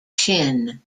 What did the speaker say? shin